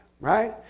right